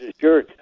sure